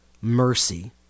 mercy